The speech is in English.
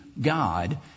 God